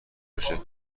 بشه